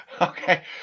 Okay